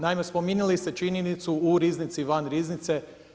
Naime, spominjali ste činjenicu u riznici, van riznice.